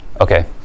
Okay